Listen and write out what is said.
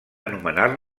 anomenar